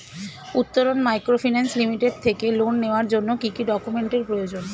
Uttaran microfinance limited থেকে loan নেওয়ার জন্য কি কি ডকুমেন্টস এর প্রয়োজন?